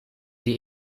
die